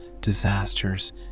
disasters